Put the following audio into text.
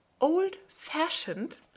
old-fashioned